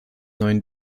neuen